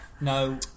No